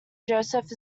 joseph